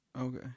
Okay